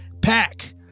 Pack